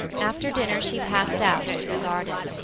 after dinner, she passed out into the garden.